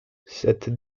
cette